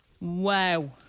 Wow